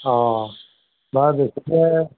অঁ বাৰু তেতিয়াহ'লে